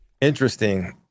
Interesting